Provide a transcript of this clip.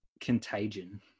Contagion